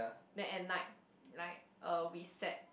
then at night like uh we set